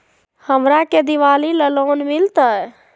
हमरा के दिवाली ला लोन मिलते?